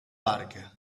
barca